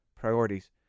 priorities